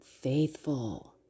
faithful